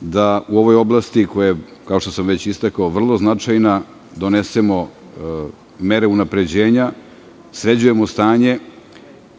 da u ovoj oblasti koja je, kao što sam već istakao, vrlo značajna, donesemo mere unapređenja, sređujemo stanje